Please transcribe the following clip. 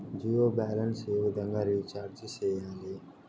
Jio balance ఏ విధంగా recharge సేయాలి?